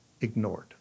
ignored